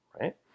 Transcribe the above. right